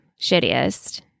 shittiest